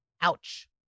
Ouch